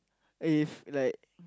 if like